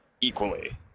equally